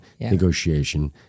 negotiation